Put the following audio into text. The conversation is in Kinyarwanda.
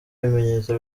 bimenyetso